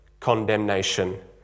condemnation